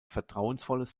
vertrauensvolles